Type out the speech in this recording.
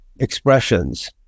expressions